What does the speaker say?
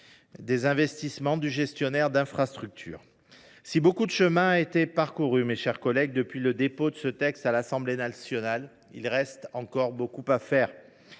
des investissements du gestionnaire d’infrastructure. Si beaucoup de chemin a été parcouru depuis le dépôt de ce texte à l’Assemblée nationale, il reste encore beaucoup à faire